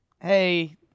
hey